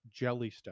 Jellystone